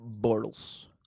Bortles